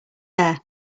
there